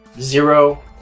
zero